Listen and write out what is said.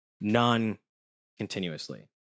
non-continuously